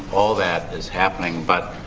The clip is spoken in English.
all that is happening. but